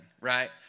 right